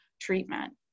treatment